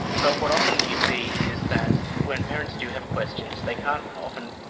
but what often you see is that when parents do have questions they can't often,